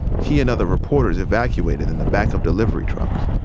he and other reporters evacuated in the back of delivery trucks.